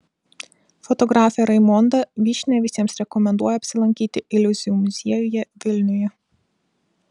fotografė raimonda vyšnia visiems rekomenduoja apsilankyti iliuzijų muziejuje vilniuje